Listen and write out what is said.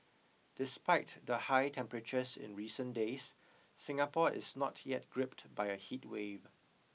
despite the high temperatures in recent days Singapore is not yet gripped by a heatwave